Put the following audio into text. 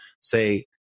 say